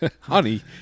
Honey